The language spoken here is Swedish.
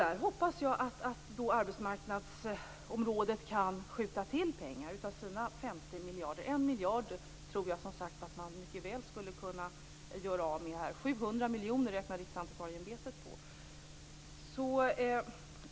Jag hoppas att man kan skjuta till pengar från arbetsmarknadsområdets 50 miljarder. 1 miljard tror jag som sagt att man skulle kunna göra av med på detta. Riksantikvarieämbetet har räknat på 700 miljoner.